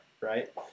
right